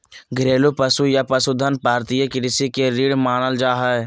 घरेलू पशु या पशुधन भारतीय कृषि के रीढ़ मानल जा हय